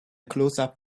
closeup